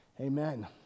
Amen